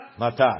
Matar